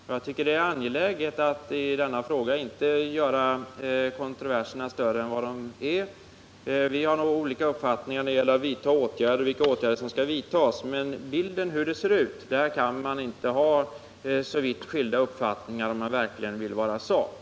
Jag tycker det är angeläget att inte göra kontroverserna större än de är i denna fråga. Vi har nog olika meningar om vilka åtgärder som skall vidtas, men när det gäller bilden av hur det ser ut kan man inte ha så vitt skilda uppfattningar, om man verkligen vill vara saklig.